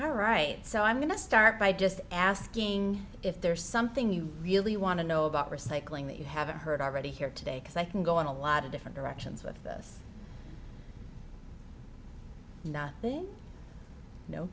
all right so i'm going to start by just asking if there's something you really want to know about recycling that you haven't heard already here today because i can go in a lot of different directions with this nothing no